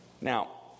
Now